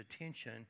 attention